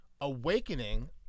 awakening